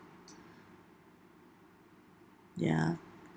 ya